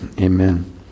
Amen